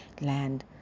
land